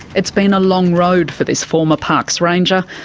it's been a long road for this former parks ranger.